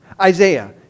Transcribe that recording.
Isaiah